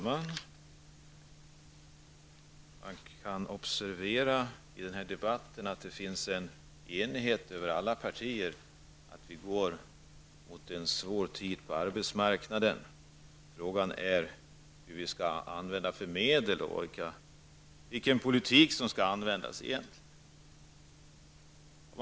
Herr talman! Man kan i den här debatten observera att alla partier är eniga om att vi går mot en svår tid på arbetsmarknaden. Frågan är vilka medel och vilken politik som i detta läge skall användas.